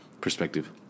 perspective